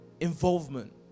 involvement